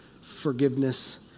forgiveness